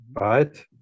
right